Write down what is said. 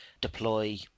deploy